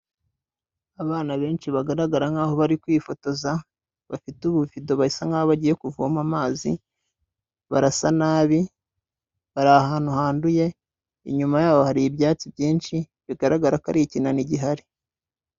Abana benshi bagaragara nkaho bari kwifotoza, bafite ububido basa nkaho bagiye kuvoma amazi, barasa nabi, bari ahantu handuye, inyuma yabo hari ibyatsi byinshi bigaragara ko hari ikinani gihari.